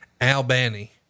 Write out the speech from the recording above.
Albany